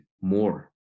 more